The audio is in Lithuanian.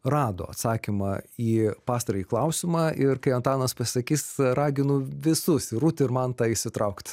rado atsakymą į pastarąjį klausimą ir kai antanas pasisakys raginu visus ir rūt ir mantą įsitraukt